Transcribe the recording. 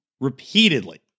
repeatedly